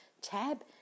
tab